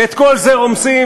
ואת כל זה רומסים.